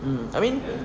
um I mean